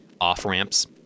off-ramps